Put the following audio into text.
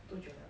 多久 liao